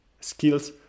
Skills